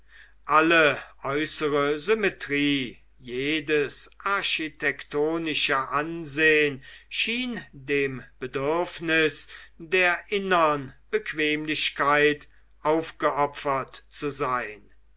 alle äußere symmetrie jedes architektonische ansehn schien dem bedürfnis der innern bequemlichkeit aufgeopfert zu sein